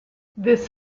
this